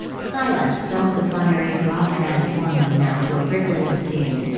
silas felt the fiery throb transforming now to a prickling sting.